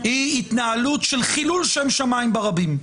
היא התנהלות של חילול שם שמיים ברבים,